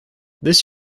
this